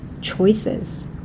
choices